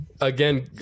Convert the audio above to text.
Again